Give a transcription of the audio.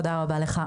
תודה רבה לך.